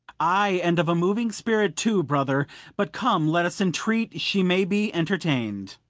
ay, and of a moving spirit too, brother but come, let us entreat she may be entertain'd.